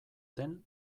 den